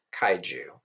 kaiju